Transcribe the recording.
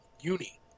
uni